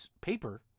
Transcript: paper